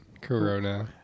Corona